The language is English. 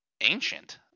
ancient